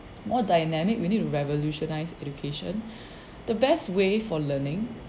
more dynamic we need to revolutionize education the best way for learning